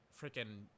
freaking